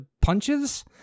punches